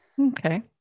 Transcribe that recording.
Okay